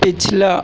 پچھلا